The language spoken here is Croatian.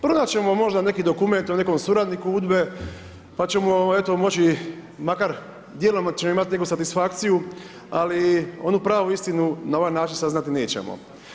Pronaći ćemo možda neki dokument o nekom suradniku UDBA-e, pa ćemo eto moći, makar djelomično imati neku satisfakciju, ali onu pravu istinu, na ovaj način saznati nećemo.